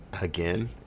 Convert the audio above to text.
again